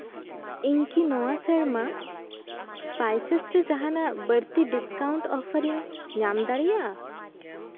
ᱤᱧ ᱠᱤ ᱱᱚᱣᱟ ᱥᱮᱨᱢᱟ ᱥᱯᱟᱭᱮᱥ ᱨᱮ ᱡᱟᱦᱟᱱᱟᱜ ᱵᱟᱹᱲᱛᱤ ᱰᱤᱥᱠᱟᱣᱩᱱᱴ ᱚᱯᱷᱟᱨᱤᱧ ᱧᱟᱢ ᱫᱟᱲᱮᱭᱟᱜ